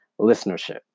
listenership